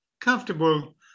comfortable